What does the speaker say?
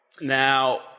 Now